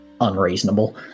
unreasonable